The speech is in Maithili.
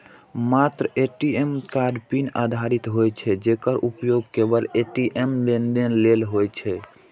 मात्र ए.टी.एम कार्ड पिन आधारित होइ छै, जेकर उपयोग केवल ए.टी.एम लेनदेन लेल होइ छै